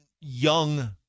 young